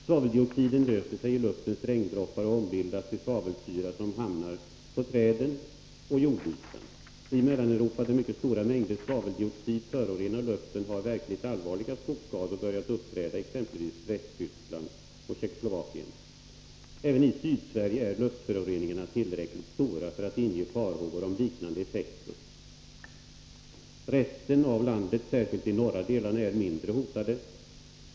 Svaveldioxiden löser sig i luftens regndroppar och ombildas till svavelsyra som hamnar på träden och jordytan. I Mellaneuropa, där mycket stora mängder svaveldioxid förorenar luften, har verkligt allvarliga skogsskador börjat uppträda i exempelvis Västtyskland och Tjeckoslovakien. Även i Sydsverige är luftföroreningarna tillräckligt stora för att inge farhågor om liknande effekter. Resten av landet; särskilt de norra delarna, är mindre hotade.